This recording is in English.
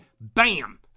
bam